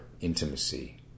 intimacy